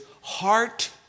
heart